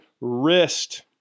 wrist